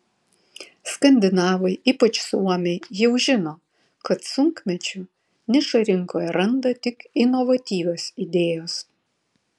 skandinavai ypač suomiai jau žino kad sunkmečiu nišą rinkoje randa tik inovatyvios idėjos